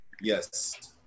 Yes